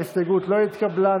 ההסתייגות לא התקבלה.